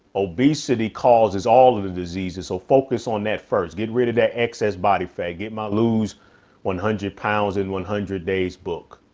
obesity causes all of the diseases, so focus on that first. get rid of that excess body fat. get my lose one hundred pounds in one hundred days. book.